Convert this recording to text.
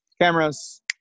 cameras